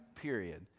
period